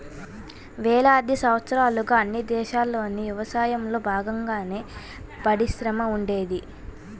వేలాది సంవత్సరాలుగా అన్ని దేశాల్లోనూ యవసాయంలో బాగంగానే పాడిపరిశ్రమ ఉండేది